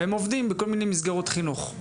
הם עובדים בכל מיני מסגרות חינוך.